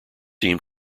team